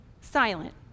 silent